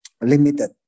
limited